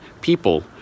people